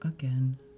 Again